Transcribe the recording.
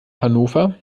hannover